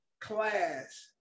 class